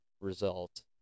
result